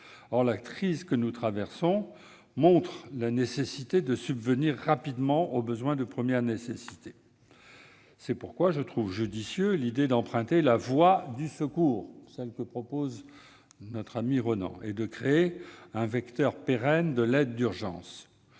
La crise que nous traversons montre la nécessité de subvenir rapidement aux besoins de première nécessité. C'est pourquoi je trouve judicieuse l'idée d'emprunter la voie du secours que propose Ronan Le Gleut et de créer un vecteur pérenne de l'aide d'urgence.